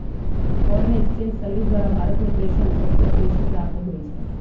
foreign exchange service द्वारा भारत में प्रेषण सबसे बेसी प्राप्त होई छै